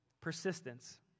Persistence